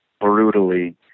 brutally